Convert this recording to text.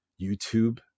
YouTube